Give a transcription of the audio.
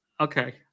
Okay